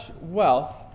wealth